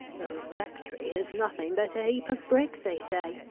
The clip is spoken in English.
the rectory is nothing but a heap of bricks, they say.